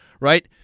right